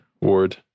ward